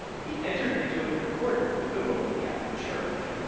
he entered into a concordant with the roman catholic church.